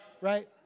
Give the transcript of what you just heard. right